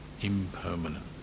impermanent